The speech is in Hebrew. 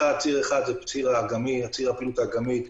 ציר אחד הוא ציר הפעילות האג"מית.